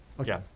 Okay